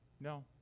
No